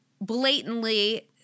blatantly